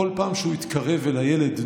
בכל פעם שהוא התקרב אל הילד,